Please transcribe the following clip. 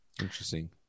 interesting